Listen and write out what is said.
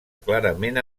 clarament